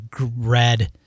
red